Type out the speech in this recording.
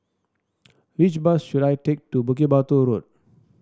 which bus should I take to Bukit Batok Road